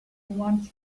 want